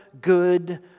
good